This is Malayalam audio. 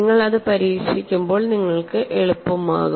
നിങ്ങൾ അത് പരീക്ഷിക്കുമ്പോൾ നിങ്ങൾക്ക് എളുപ്പമാകും